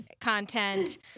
content